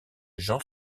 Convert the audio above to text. jean